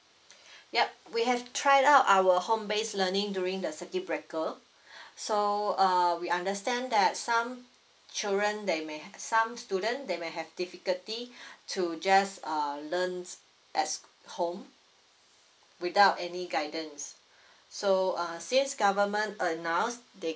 ya we have tried out our home base learning during the circuit breaker so uh we understand that some children they may ha~ some student they may have difficulty to just uh learn at home without any guidance so uh since government announced they